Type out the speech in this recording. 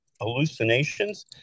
hallucinations